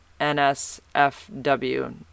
NSFW